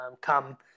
Come